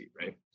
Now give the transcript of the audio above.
right